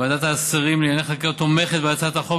ועדת השרים לענייני חקיקה תומכת בהצעת החוק